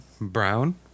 brown